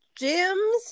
gyms